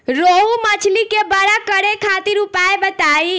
रोहु मछली के बड़ा करे खातिर उपाय बताईं?